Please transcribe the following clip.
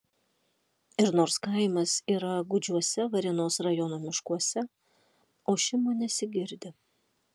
ir nors kaimas yra gūdžiuose varėnos rajono miškuose ošimo nesigirdi